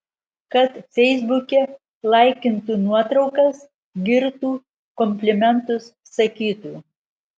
kad feisbuke laikintų nuotraukas girtų komplimentus sakytų